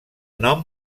nom